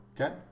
Okay